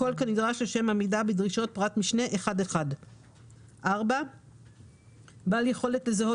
הכול כנדרש לשם עמידה בדרישות פרט משנה 1(1). בעל יכולת לזהות